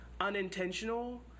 unintentional